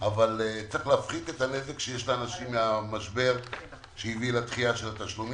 אבל צריך להפחית את הנזק שיש לאנשים מהמשבר שהביא לדחיית התשלומים.